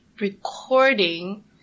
recording